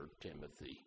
Timothy